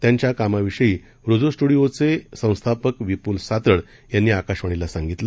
त्यांच्या कामाविषयी रिझो स्टुडिओचे संस्थापक विपुल सातड यांनी आकाशवाणीला सांगितलं